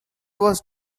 was